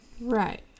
Right